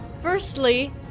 firstly